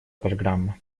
программа